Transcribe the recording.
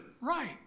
right